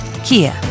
Kia